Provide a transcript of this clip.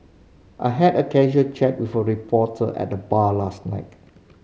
I had a casual chat with a reporter at the bar last night